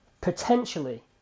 potentially